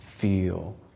feel